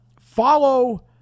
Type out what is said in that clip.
follow